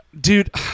Dude